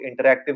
interactive